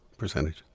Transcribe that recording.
percentage